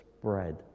spread